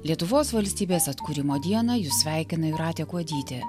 lietuvos valstybės atkūrimo dieną jus sveikina jūratė kuodytė